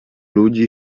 ludzi